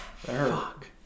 Fuck